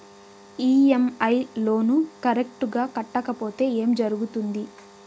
EMI loan correct గా కట్టకపోతే ఏం జరుగుతుంది